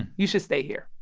you should stay here.